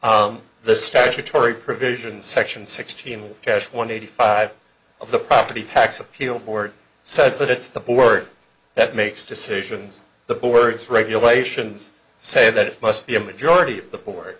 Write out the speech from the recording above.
here the statutory provision section sixteen will cash one eighty five of the property tax appeal board says that it's the board that makes decisions the board's regulations say that it must be a majority of the board